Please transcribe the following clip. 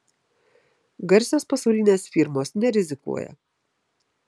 garsios pasaulinės firmos nerizikuoja